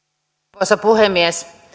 arvoisa puhemies